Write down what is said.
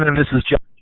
this is josh,